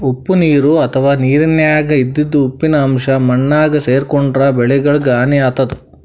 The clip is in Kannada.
ಉಪ್ಪ್ ನೀರ್ ಅಥವಾ ನೀರಿನ್ಯಾಗ ಇದ್ದಿದ್ ಉಪ್ಪಿನ್ ಅಂಶಾ ಮಣ್ಣಾಗ್ ಸೇರ್ಕೊಂಡ್ರ್ ಬೆಳಿಗಳಿಗ್ ಹಾನಿ ಆತದ್